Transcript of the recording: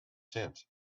tent